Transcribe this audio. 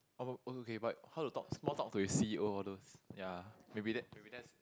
oh okay but how to talk small talk to your c_e_o all those ya maybe that maybe that's